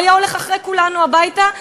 הוא היה הולך אחרי כולנו הביתה קבוע.